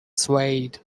swayed